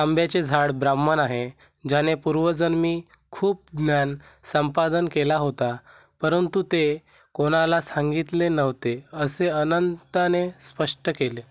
आंब्याचे झाड ब्राह्मन आहे ज्याने पूर्वजन्मी खूप ज्ञान संपादन केला होता परंतु ते कोणाला सांगितले नव्हते असे अनंताने स्पष्ट केले